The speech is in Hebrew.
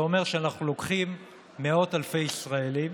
זה אומר שאנחנו לוקחים מאות אלפי ישראלים